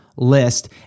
list